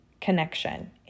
connection